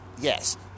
yes